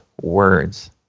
words